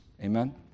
Amen